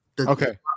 Okay